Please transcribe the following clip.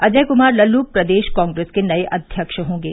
अजय क्मार लल्लू प्रदेश कॉग्रेस के नए अध्यक्ष होंगे